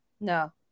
No